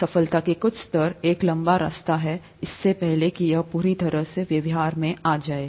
सफलता के कुछ स्तर एक लंबा रास्ता है इससे पहले कि यह पूरी तरह से व्यवहार्य हो जाए